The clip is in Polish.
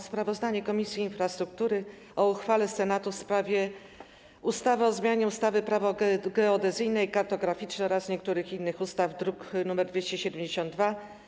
Sprawozdanie Komisji Infrastruktury o uchwale Senatu w sprawie ustawy o zmianie ustawy - Prawo geodezyjne i kartograficzne oraz niektórych innych ustaw, druk nr 272.